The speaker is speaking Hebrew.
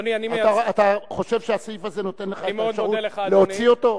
אתה חושב שהסעיף הזה נותן לך את האפשרות להוציא אותו?